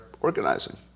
organizing